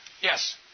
Yes